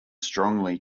strongly